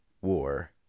war